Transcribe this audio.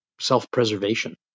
self-preservation